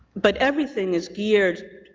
but everything is geared.